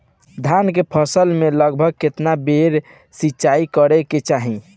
धान के फसल मे लगभग केतना बेर सिचाई करे के चाही?